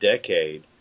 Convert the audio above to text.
decade